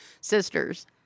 sisters